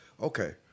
okay